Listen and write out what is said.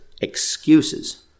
excuses